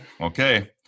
Okay